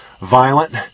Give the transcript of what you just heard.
violent